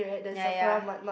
ya ya